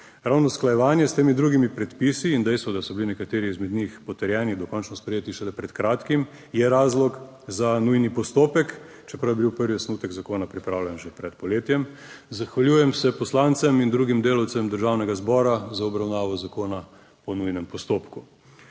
(nadaljevanje) drugimi predpisi in dejstvo, da so bili nekateri izmed njih potrjeni, dokončno sprejeti šele pred kratkim, je razlog za nujni postopek, čeprav je bil prvi osnutek zakona pripravljen že pred poletjem. Zahvaljujem se poslancem in drugim delavcem Državnega zbora za obravnavo zakona po nujnem postopku.